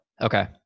okay